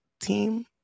team